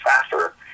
faster